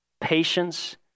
patience